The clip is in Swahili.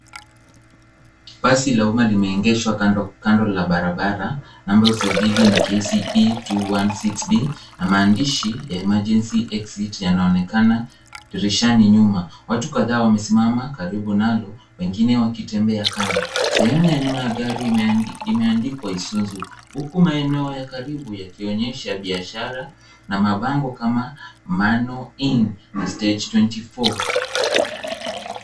Basi la umma limeegeshwa kando kando la barabara, namba ya usajili ni KCE 216B na maandishi ya emergency exit yanaonekana dirishani nyuma. Watu kadhaa wamesimama karibu nalo wengine wakitembea kando. Sehemu ya nyuma ya gari imeandikwa isuzu huku maeneo ya karibu yakionyesha biashara na mabango kama manno inn stage 24 .